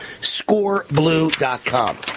Scoreblue.com